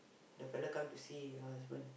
the fellow come to see her husband